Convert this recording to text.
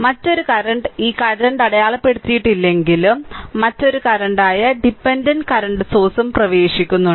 മറ്റൊരു കറന്റ് ഈ കറന്റ് അടയാളപ്പെടുത്തിയിട്ടില്ലെങ്കിലും മറ്റൊരു കറന്റ് ഡിപെൻഡന്റ് കറന്റ് സോഴ്സ് ഉം പ്രവേശിക്കുന്ന്